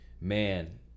man